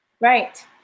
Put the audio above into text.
Right